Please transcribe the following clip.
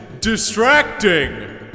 distracting